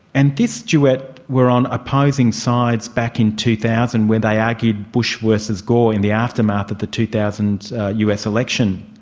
and this duet were on opposing sides back in two thousand where they argued bush versus gore in the aftermath of the two thousand us election.